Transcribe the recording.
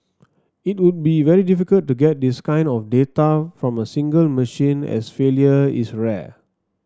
it would be very difficult to get this kind of data from a single machine as failure is rare